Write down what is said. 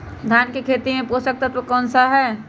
धान की खेती में पोषक तत्व कौन कौन सा है?